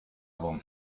von